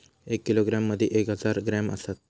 एक किलोग्रॅम मदि एक हजार ग्रॅम असात